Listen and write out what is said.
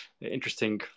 interesting